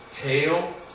hail